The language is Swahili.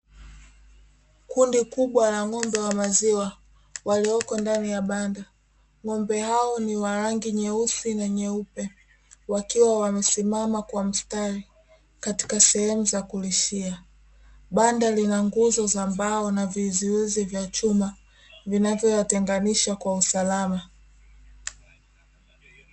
Kundi kubwa la ng'ombe wa maziwa walioko ndani ya banda ng'ombe hao ni wa rangi nyeusi na nyeupe wakiwa wamesimama kwa mstari katika sehemu za kulishia, banda lina nguzo za mbao na vizuizi vya chuma vinavyowatenganisha kwa usalama.